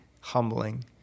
humbling